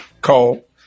call